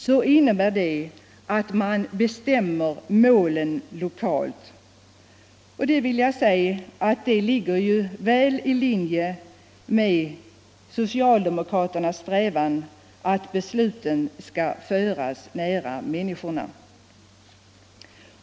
Det innebär att man lokalt bestämmer målen, och det ligger väl i linje med socialdemokraternas strävan att föra beslutsfunktionerna nära människorna.